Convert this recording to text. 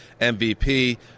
MVP